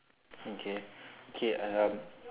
okay okay um